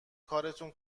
کارتون